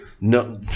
No